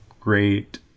great